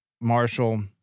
Marshall